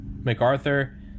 MacArthur